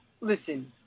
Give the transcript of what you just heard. Listen